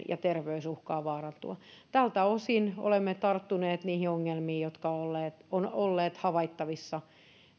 ja terveys uhkaa vaarantua tältä osin olemme tarttuneet niihin ongelmiin jotka ovat olleet havaittavissa